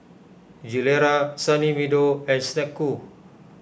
Gilera Sunny Meadow and Snek Ku